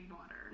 water